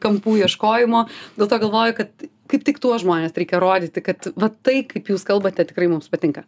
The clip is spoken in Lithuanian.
kampų ieškojimo dėl to galvoju kad kaip tik tuos žmones reikia rodyti kad va tai kaip jūs kalbate tikrai mums patinka